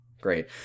Great